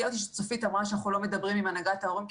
מפתיע אותי שצופית אמרה שאנחנו לא מדברים עם הנהגת ההורים.